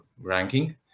ranking